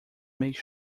make